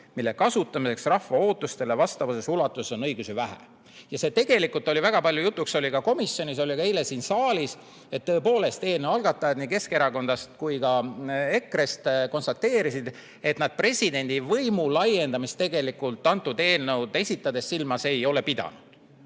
mille kasutamiseks rahva ootustele vastavas ulatuses on õigusi vähe. See oli väga palju jutuks komisjonis ja ka eile siin saalis. Tõepoolest, eelnõu algatajad nii Keskerakonnast kui ka EKRE-st konstateerisid, et nad presidendi võimu laiendamist tegelikult seda eelnõu esitades silmas ei ole pidanud.